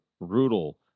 brutal